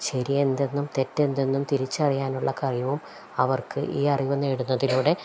ശരി എന്തെന്നും തെറ്റെന്തെന്നും തിരിച്ചറിയാനുള്ള കഴിവും അവർക്ക് ഈ അറിവു നേടുന്നതിലൂടെ